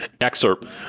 Excerpt